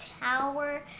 tower